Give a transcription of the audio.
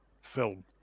film